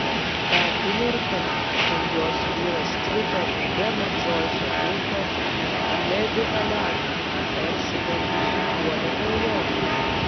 tą akimirką kai jos vyras krito nuo beno džoiso kulkos ledi elena persigandusi puolė prie jo